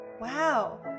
wow